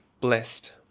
Blessed